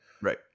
Right